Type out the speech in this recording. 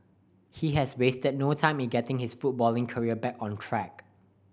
he has wasted no time in getting his footballing career back on track